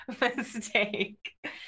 mistake